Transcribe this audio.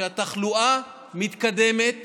כשהתחלואה מתקדמת